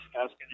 asking